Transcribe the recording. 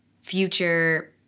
future